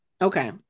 Okay